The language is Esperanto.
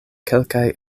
kelkaj